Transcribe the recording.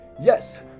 Yes